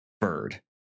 bird